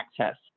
access